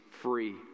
free